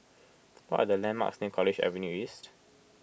what are the landmarks near College Avenue East